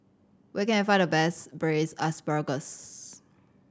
where can I find the best Braised Asparagus